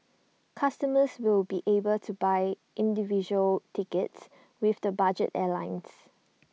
customers will be able to buy individual tickets with the budget airlines